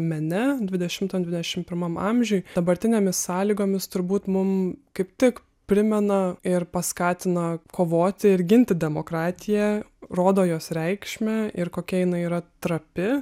mene dvidešimto dvidešimt pirmame amžiuj dabartinėmis sąlygomis turbūt mum kaip tik primena ir paskatina kovoti ir ginti demokratiją rodo jos reikšmę ir kokia jinai yra trapi